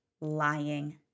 lying